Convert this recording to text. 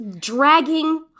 dragging